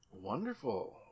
Wonderful